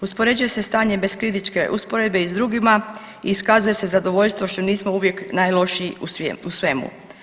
Uspoređuje se stanje bez kritičke usporedbe i s drugima, iskazuje se zadovoljstvo što nismo uvijek najlošiji u svemu.